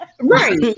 Right